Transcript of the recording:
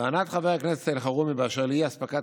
טענת חבר הכנסת אלחרומי באשר לאי-אספקת